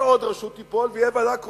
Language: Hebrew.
שעוד רשות תיפול ותהיה ועדה קרואה.